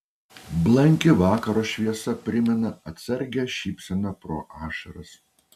blanki vakaro šviesa primena atsargią šypseną pro ašaras